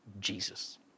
Jesus